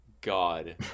God